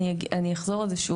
אני אחזור על זה שוב,